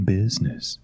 business